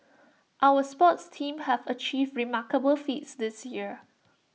our sports teams have achieved remarkable feats this year